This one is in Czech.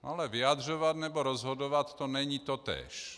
Ale vyjadřovat, nebo rozhodovat, to není totéž.